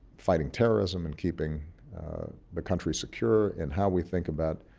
fighting terrorism and keeping the country secure, in how we think about,